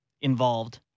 involved